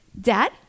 Dad